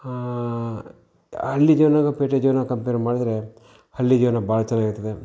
ಹಳ್ಳಿ ಜೀವನ ಮತ್ತ ಪೇಟೆ ಜೀವನ ಕಂಪೇರ್ ಮಾಡಿದರೆ ಹಳ್ಳಿ ಜೀವನ ಬಹಳ ಚೆನ್ನಾಗಿರ್ತದೆ